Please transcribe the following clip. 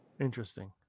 Interesting